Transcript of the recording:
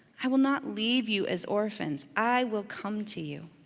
i will not leave you as orphans, i will come to you.